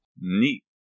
Neat